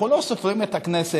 אנחנו לא סופרים את הכנסת.